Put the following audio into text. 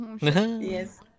Yes